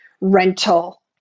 rental